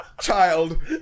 Child